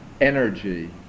energy